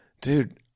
Dude